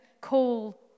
call